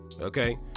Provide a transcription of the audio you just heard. Okay